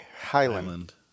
Highland